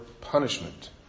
punishment